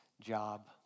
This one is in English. job